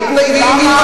ויתחתנו.